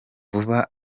vuba